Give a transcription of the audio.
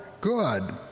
good